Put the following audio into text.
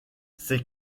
ces